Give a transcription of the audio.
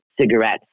cigarettes